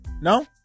No